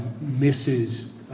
misses